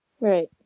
Right